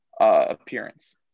appearance